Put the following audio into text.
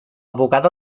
bugada